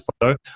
photo